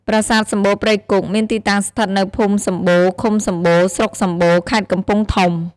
ប្រាសាទសម្បូរព្រៃគុកមានទីតាំងស្ថិតនៅភូមិសម្បូរ ឃុំសម្បូរ ស្រុកសម្បូរ ខេត្តកំពង់ធំ។